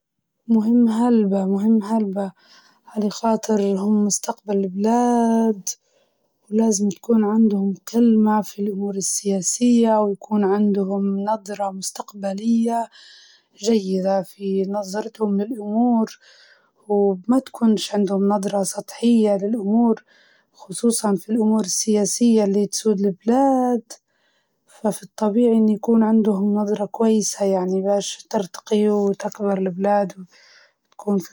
أكيد مهم إن الشباب يشاركوا في السياسة عشان يعبروا عن آراءهم، ويساهموا في بناء المجتمع، هم الجيل اللي يحدد المستقبل، ولازم يكون عندهم دور فعال في صنع القرار.